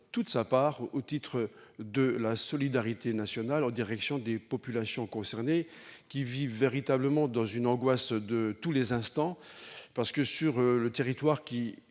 toute sa part au titre de la solidarité nationale en direction des populations concernées, qui vivent véritablement dans une angoisse de tous les instants. Sur le territoire